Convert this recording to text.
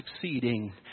succeeding